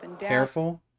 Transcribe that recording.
careful